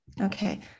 Okay